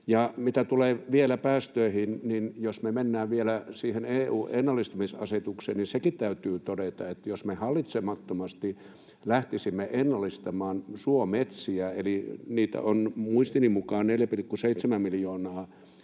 Mitä tulee vielä päästöihin, niin jos me mennään vielä siihen EU:n ennallistamisasetukseen, niin sekin täytyy todeta, että jos me hallitsemattomasti lähtisimme ennallistamaan suometsiä — niitä on muistini mukaan 4,7 miljoonaa